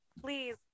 Please